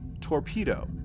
torpedo